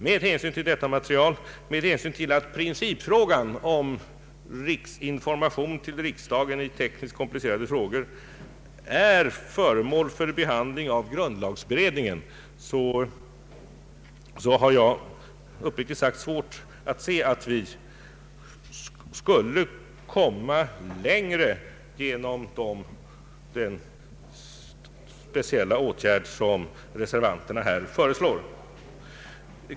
Med hänsyn till detta material och med hänsyn till att principfrågan om information till riksdagen i tekniskt komplicerade frågor är föremål för bedömning av grundlagberedningen har jag — för att komma tillbaka till vad reservanterna anfört — uppriktigt sagt svårt att se att vi skulle kunna komma längre genom den speciella åtgärd som reservanterna föreslår.